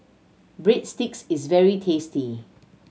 breadsticks is very tasty